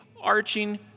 arching